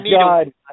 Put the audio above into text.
God